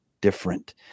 different